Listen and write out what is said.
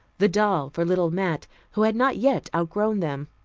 the doll for little mat, who had not yet outgrown them.